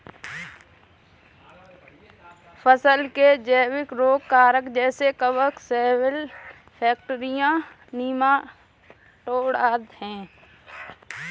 फसल के जैविक रोग कारक जैसे कवक, शैवाल, बैक्टीरिया, नीमाटोड आदि है